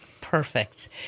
Perfect